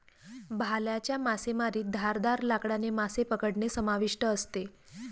भाल्याच्या मासेमारीत धारदार लाकडाने मासे पकडणे समाविष्ट असते